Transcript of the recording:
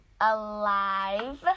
alive